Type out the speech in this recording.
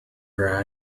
her